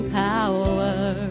power